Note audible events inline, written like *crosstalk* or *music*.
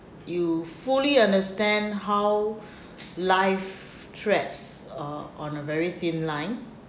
you fully understand how *breath* life treads uh on a very thin line